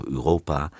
Europa